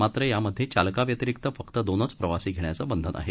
मात्र यामध्ये घालकाव्यतिरिक फक्त दोनच प्रवासी धेण्याचं बंधन आहे